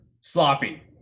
Sloppy